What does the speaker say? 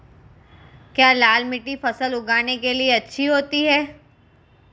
क्या लाल मिट्टी फसल उगाने के लिए अच्छी होती है?